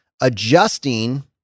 adjusting